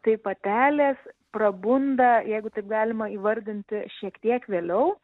tai patelės prabunda jeigu taip galima įvardinti šiek tiek vėliau